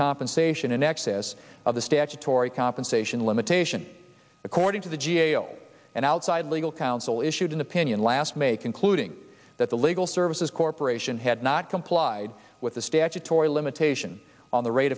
compensation in excess of the statutory compensation limitation according to the g a o an outside legal counsel issued an opinion last may concluding that the legal services corporation had not complied with the statutory limitation on the rate